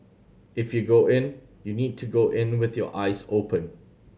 if you go in you need to go in with your eyes open